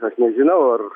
aš nežinau ar